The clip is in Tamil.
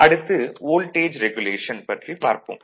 அடுத்து வோல்டேஜ் ரெகுலேஷன் பற்றி பார்ப்போம்